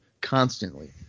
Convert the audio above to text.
constantly